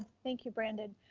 thank you, brandon.